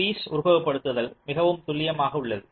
எனவே ஸ்பீஸ் உருவகப்படுத்துதல் மிகவும் துல்லியமாக உள்ளது